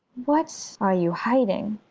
what are you hiding?